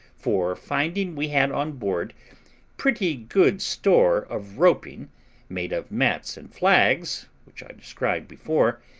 for, finding we had on board pretty good store of roping made of mats and flags, which i described before,